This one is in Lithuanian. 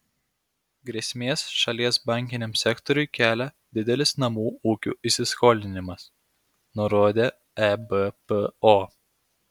grėsmės šalies bankiniam sektoriui kelia didelis namų ūkių įsiskolinimas nurodė ebpo